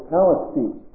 Palestine